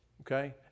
Okay